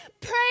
Pray